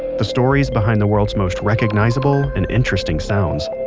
the stories behind the world's most recognizable and interesting sounds.